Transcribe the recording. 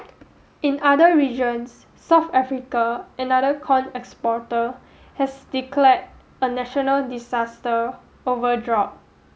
in other regions South Africa another corn exporter has declared a national disaster over drought